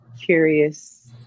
curious